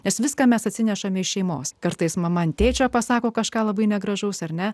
nes viską mes atsinešame iš šeimos kartais mama ant tėčio pasako kažką labai negražaus ar ne